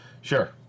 Sure